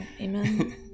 Amen